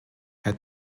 had